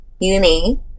uni